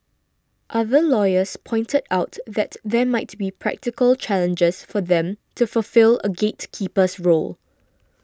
other lawyers pointed out that there might be practical challenges for them to fulfil a gatekeeper's role